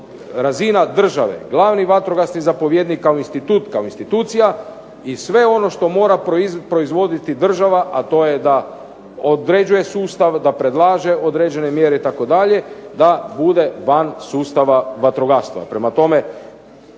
razina države, glavni vatrogasni zapovjednik kao institut, kao institucija i sve ono što mora proizvoditi država, a to je da određuje sustav, da predlaže određene mjere itd., da bude van sustava vatrogastva. Prema tome,